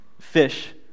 fish